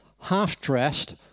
half-dressed